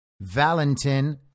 Valentin